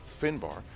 Finbar